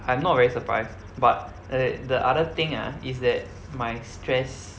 I'm not very surprised but as in the other thing ah is that my stress